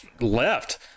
left